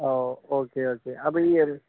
ഓ okay okay അപ്പം ഈ A